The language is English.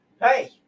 Hey